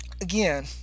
again